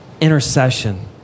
intercession